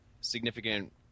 significant